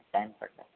ten percent